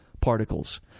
particles